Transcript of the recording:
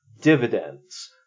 dividends